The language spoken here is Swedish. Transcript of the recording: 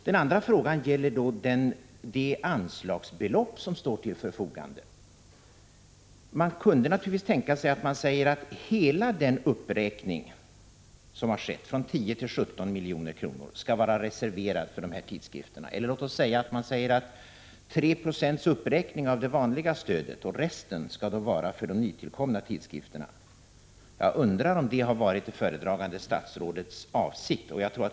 Den andra frågan gäller det anslagsbelopp som står till förfogande. Man kunde naturligtvis tänka sig att hela den uppräkning som har skett, från 10 till 17 milj.kr., skall vara reserverad för dessa tidskrifter. Eller låt oss säga att kulturtidskrifterna får 3 96 av uppräkningen av det vanliga stödet och att de nytillkomna tidskrifterna får resten. Jag undrar om det var föredragande statsrådets avsikt.